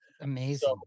Amazing